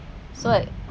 so like